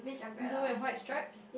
blue and white strips